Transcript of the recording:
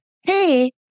hey